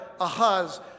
Ahaz